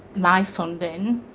my funding,